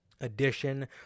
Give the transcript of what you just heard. edition